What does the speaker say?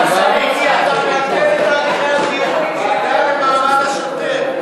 הוחלט להעביר את ההצעה להמשך דיון בוועדת הכספים.